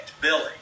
Billy